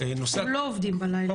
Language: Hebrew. המטוסים לא עובדים בלילה.